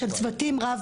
-- בשביל לתת מענה מיידי.